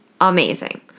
amazing